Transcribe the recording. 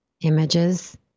images